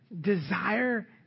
desire